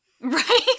right